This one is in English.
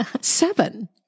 seven